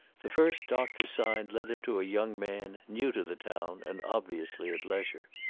the first doctor's sign led him to a young man, new to the town, and obviously at leisure.